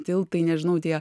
tiltai nežinau tie